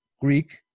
Greek